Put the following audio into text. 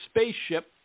spaceship